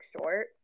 short